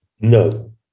No